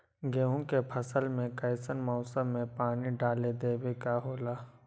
गेहूं के फसल में कइसन मौसम में पानी डालें देबे के होला?